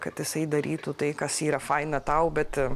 kad jisai darytų tai kas yra faina tau bet